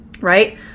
right